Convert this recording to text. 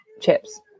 chips